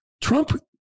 Trump